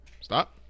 Stop